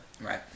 Right